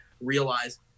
realize